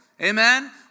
Amen